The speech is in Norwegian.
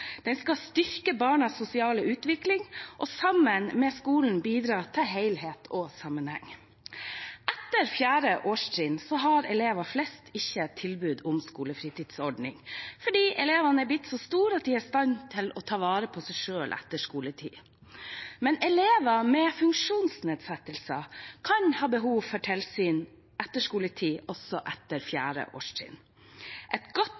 Den skal styrke barns sosiale utvikling og sammen med skolen bidra til helhet og sammenheng. Etter 4. årstrinn har elever flest ikke tilbud om skolefritidsordning fordi elevene er blitt så store at de er i stand til å ta vare på seg selv etter skoletid. Men elever med funksjonsnedsettelser kan ha behov for tilsyn etter skoletid også etter 4. årstrinn. Et godt